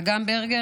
אגם ברגר,